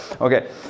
Okay